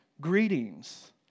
Greetings